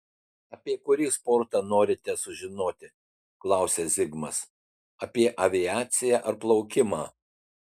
apie kurį sportą norite sužinoti klausia zigmas apie aviaciją ar plaukimą